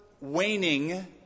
waning